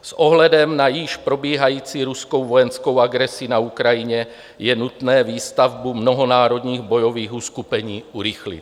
S ohledem na již probíhající ruskou vojenskou agresi na Ukrajině je nutné výstavbu mnohonárodních bojových uskupení urychlit.